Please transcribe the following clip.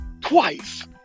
twice